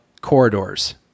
corridors